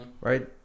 Right